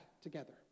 together